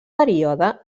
període